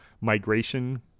migration